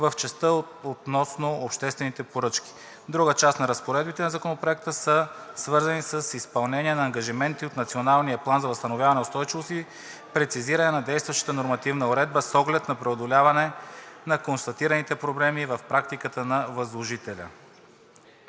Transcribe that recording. в частта относно обществените поръчки. Друга част от разпоредбите на Законопроекта са свързани с изпълнение на ангажименти по Националния план за възстановяване и устойчивост и прецизиране на действащата нормативна уредба с оглед на преодоляване на констатираните проблеми в практиката на възложителите.